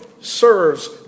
serves